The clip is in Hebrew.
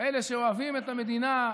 כאלה שאוהבים את המדינה,